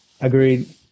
Agreed